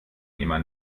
immer